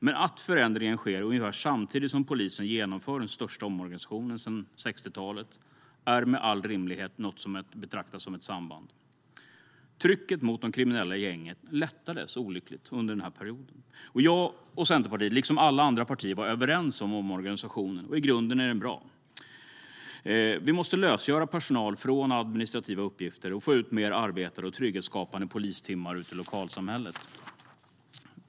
Men att förändringen sker ungefär samtidigt som polisen genomför den största omorganisationen sedan 1960-talet är med all rimlighet något att betrakta som ett samband. Trycket mot de kriminella gängen lättades olyckligt under den här perioden. Jag och Centerpartiet, liksom alla andra partier, var överens om omorganisationen, och i grunden är den bra. Vi måste lösgöra personal från administrativa uppgifter och få ut mer arbetade och trygghetsskapande polistimmar ut i lokalsamhället.